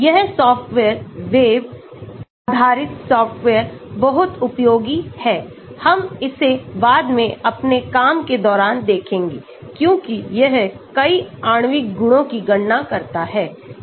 यह software web आधारित software बहुत उपयोगी है हम इसे बाद में अपने काम के दौरान देखेंगे क्योंकि यह कई आणविक गुणों की गणना करता है